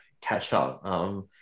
catch-up